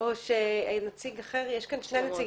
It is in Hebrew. או שנציג אחר, יש כאן שני נציגים.